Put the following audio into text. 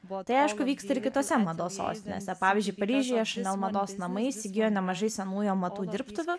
tai aišku vyksta ir kitose mados sostinėse pavyzdžiui paryžiuje chanel mados namai įsigijo nemažai senųjų amatų dirbtuvių